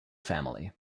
family